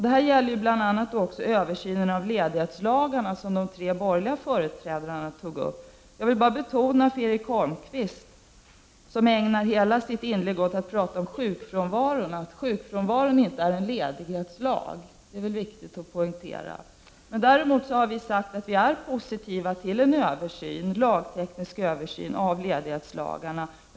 Detta gäller också bl.a. översynen av ledighetslagarna som de tre borgerliga representanterna tog upp. Till Erik Holmkvist, som ägnade hela sitt inlägg åt att tala om sjukfrånvaron, vill jag säga att sjukfrånvaron inte är en ledighetslag. Det är viktigt att framhålla detta. Däremot har vi sagt att vi är positiva till en lagteknisk översyn av ledighetslagarna.